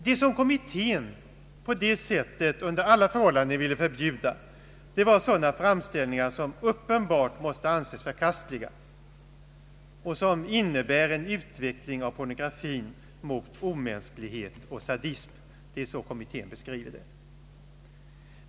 Det som kommittén på det sättet under alla förhållanden ville förbjuda var sådana framställningar som uppenbart måste anses förkastliga och som innebär en utveckling av pornografin mot omänsklighet och sadism. Det är så kommittén beskriver det.